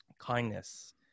kindness